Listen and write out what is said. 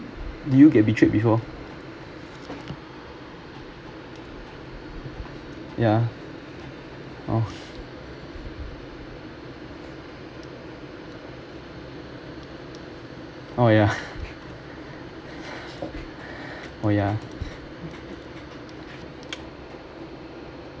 do you get betrayed before yeah oh oh yeah oh yeah